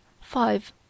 five